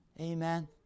Amen